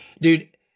dude